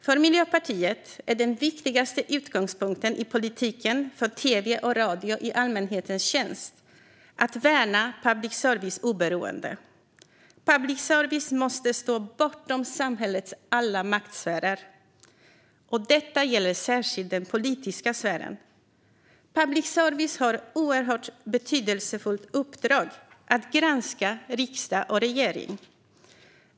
För Miljöpartiet är den viktigaste utgångspunkten i politiken för tv och radio i allmänhetens tjänst att värna public service-bolagens oberoende. Public service måste stå bortom samhällets alla maktsfärer. Detta gäller särskilt den politiska sfären. Public service har ett oerhört betydelsefullt uppdrag att granska riksdag och regering.